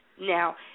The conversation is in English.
Now